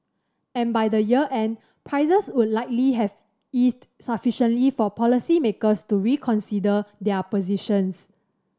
and by the year end prices would likely have eased sufficiently for policymakers to reconsider their positions